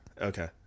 Okay